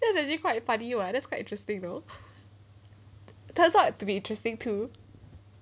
that was actually quite funny [what] that's quite interesting though turns out to be interesting too